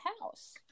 house